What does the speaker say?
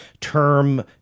term